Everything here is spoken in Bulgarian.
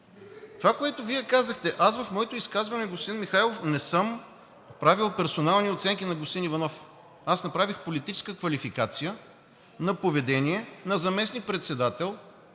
Това, което Вие казахте за моето изказване. Господин Михайлов, не съм правил персонални оценки на господин Иванов. Аз направих политическа квалификация на поведение на заместник-председател,